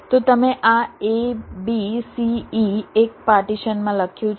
તો તમે આ a b c e એક પાર્ટીશનમાં લખ્યું છે